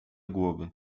głowy